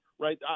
Right